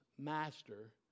master